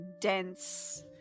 dense